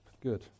Good